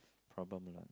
problem you know